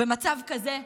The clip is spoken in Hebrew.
במצב כזה,